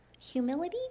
humility